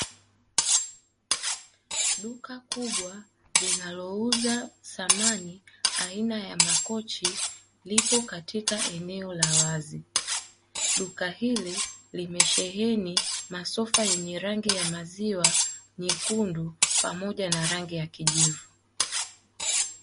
Duka kubwa linalouza samani aina ya makochi lipo katika eneo la wazi, duka hili limesheheni masofa yenye rangi ya maziwa, nyekundu pamoja na rangi ya kijivu.